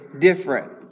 different